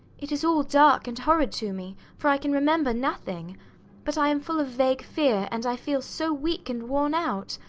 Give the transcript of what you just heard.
it is all dark and horrid to me, for i can remember nothing but i am full of vague fear, and i feel so weak and worn out.